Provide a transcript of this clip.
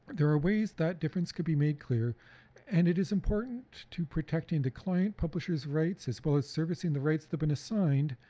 there are ways that difference could be made clear and it is important to protecting the client publishers' rights as well as servicing the rights that have been assigned,